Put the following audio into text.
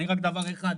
אני רק דבר אחד,